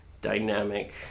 dynamic